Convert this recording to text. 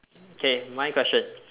okay my question